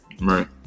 Right